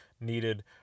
needed